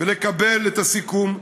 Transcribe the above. ולקבל את הסיכום,